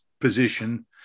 position